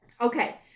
Okay